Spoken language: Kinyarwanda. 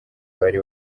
bari